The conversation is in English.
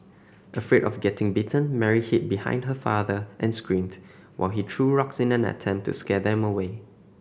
afraid of getting bitten Mary hid behind her father and screamed while he threw rocks in an attempt to scare them away